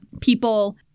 people